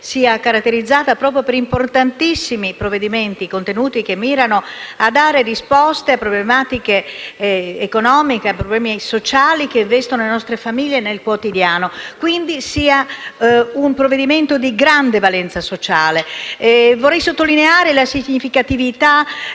sia caratterizzata da importantissimi provvedimenti in essa contenuti, che mirano a dare risposte a questioni economiche ma anche a problemi che investono le nostre famiglie nel quotidiano e che, quindi, sia un provvedimento di grande valenza sociale. Vorrei sottolineare la significatività